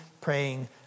praying